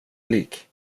lik